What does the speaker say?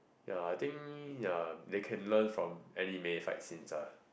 ya I think ya they can learn from anime fight scenes ah